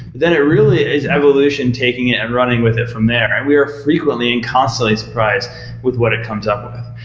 then it really is evolution taking it and running with it from there and we are frequently and constantly surprised with what it comes up with.